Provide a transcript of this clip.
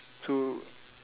so